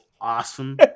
awesome